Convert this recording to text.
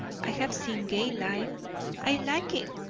i have seen gay life i like it,